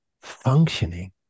functioning